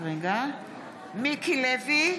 (קוראת בשם חבר הכנסת) מיקי לוי,